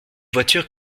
voiture